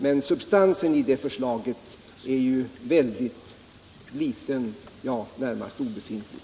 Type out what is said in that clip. Men substansen i det förslaget är liten, ja, närmast obefintlig.